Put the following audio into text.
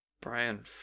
Brian